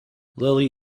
lily